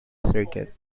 circuit